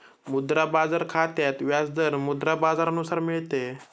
मुद्रा बाजार खात्यात व्याज दर मुद्रा बाजारानुसार मिळते